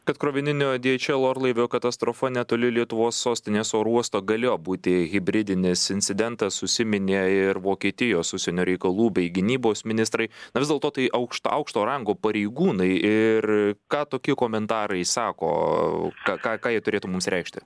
kad krovininio di ei čel orlaivio katastrofa netoli lietuvos sostinės oro uosto galėjo būti hibridinis incidentas užsiminė ir vokietijos užsienio reikalų bei gynybos ministrai na vis dėlto tai aukšt aukšto rango pareigūnai ir ką tokie komentarai sako ką ką ką jie turėtų mums reikšti